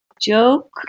Joke